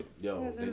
Yo